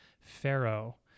Pharaoh